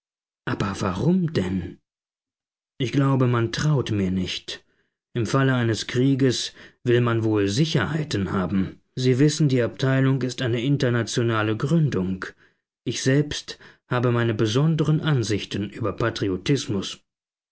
aber warum denn ich glaube man traut mir nicht im falle eines krieges will man wohl sicherheiten haben sie wissen die abteilung ist eine internationale gründung ich selbst habe meine besonderen ansichten über patriotismus